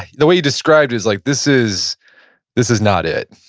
the way you described is like, this is this is not it.